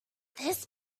this